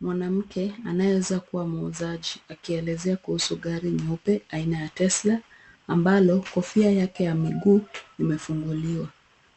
Mwanamke anayeweza kuwa muuzaji akielezea kuhusu gari nyeupe aina ya tesla ambalo kofia yake ya miguu imefunguliwa.